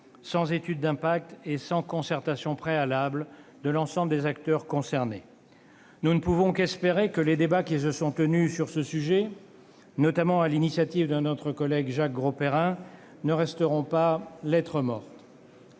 sans étude d'impact et sans concertation préalable avec l'ensemble des acteurs concernés. Nous ne pouvons qu'espérer que les débats qui se sont tenus sur ce sujet, notamment sur l'initiative de notre collègue Jacques Grosperrin, ne resteront pas lettre morte.